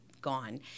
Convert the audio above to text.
gone